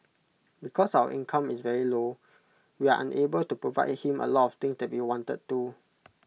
because our income is very low we are unable to provide him A lot of things that we wanted to